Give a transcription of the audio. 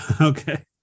Okay